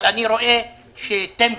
אבל אני רואה שטמקין,